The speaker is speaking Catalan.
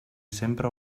sempre